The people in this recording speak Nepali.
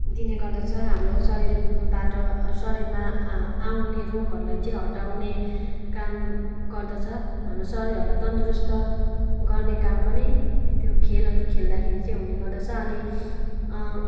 दिने गर्दछ हाम्रो शरीरबाट शरीरमा आ आउने रोगहरूलाई चाहिँ हटाउने काम गर्दछ हाम्रो शरीरहरूलाई तन्दुरुस्त गर्ने काम पनि त्यो खेल खेल्दाखेरि चाहिँ हुने गर्दछ अनि